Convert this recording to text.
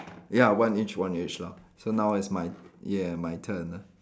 ya one each one each lah so now it's my ya my turn ah